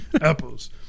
apples